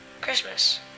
christmas